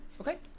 Okay